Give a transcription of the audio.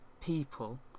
people